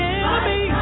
enemy